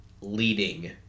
leading